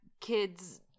kid's